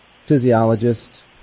physiologist